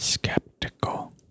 skeptical